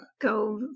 Go